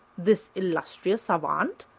this illustrious savant,